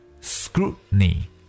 Scrutiny